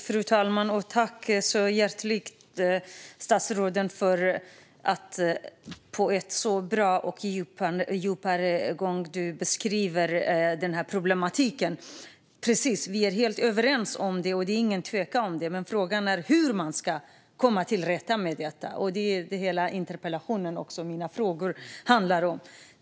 Fru talman! Jag tackar statsrådet hjärtligt för att han på ett så bra och djupgående sätt beskriver denna problematik. Det är ingen tvekan om att vi är överens, men frågan är hur man ska komma till rätta med detta. Det är det min interpellation handlar om.